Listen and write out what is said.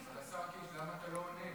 כבוד השר קיש, למה אתה לא עונה?